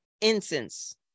incense